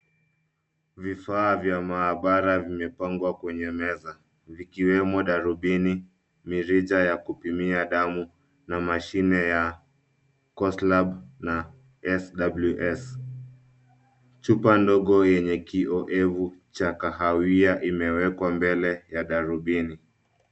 Vifaa vya maabara vimepangwa kwenye meza vikiwemo darubini, mirija ya kupimia damu na mashine ya costlab na sws . Chupa ndogo yenye kioevu cha kahawia imewekwa mbele ya darubini.